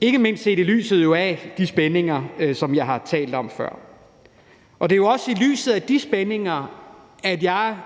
ikke mindst set i lyset af de spændinger, som jeg har talt om før. Det er også i lyset af de spændinger, at jeg